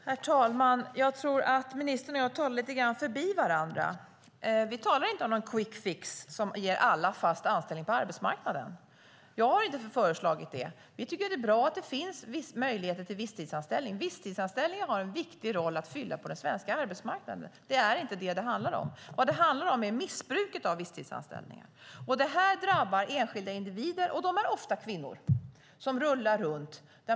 Herr talman! Jag tror att ministern och jag lite grann talar förbi varandra. Vi talar inte om någon quick fix som ger alla fast anställning på arbetsmarknaden. Jag har inte föreslagit det. Vi tycker att det är bra att det finns möjligheter till visstidsanställning. Visstidsanställningar har en viktig uppgift att fylla på den svenska arbetsmarknaden. Det är inte det som det handlar om. Vad det handlar om är missbruket av visstidsanställningar. Det drabbar enskilda individer, ofta kvinnor, som rullar runt.